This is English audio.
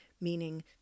meaning